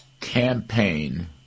campaign